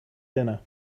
dinner